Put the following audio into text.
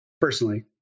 personally